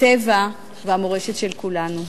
הטבע והמורשת של כולנו.